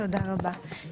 תודה רבה.